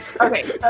Okay